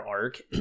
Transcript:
arc